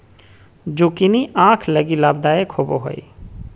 zucchini आंख लगी लाभदायक होबो हइ